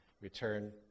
return